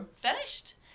finished